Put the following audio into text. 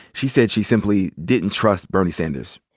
she said she simply didn't trust bernie sanders.